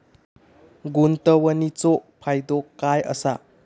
गुंतवणीचो फायदो काय असा?